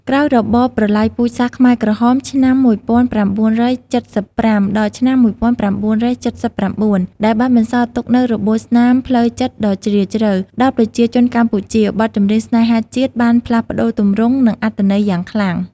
ក្រោយរបបប្រល័យពូជសាសន៍ខ្មែរក្រហម ឆ្នាំ ១៩៧៥ ដល់ឆ្នាំ ១៩៧៩ ដែលបានបន្សល់ទុកនូវ របួសស្នាមផ្លូវចិត្តដ៏ជ្រាលជ្រៅ ដល់ប្រជាជនកម្ពុជា បទចម្រៀងស្នេហាជាតិបានផ្លាស់ប្ដូរទម្រង់ និងអត្ថន័យយ៉ាងខ្លាំង។